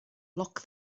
lock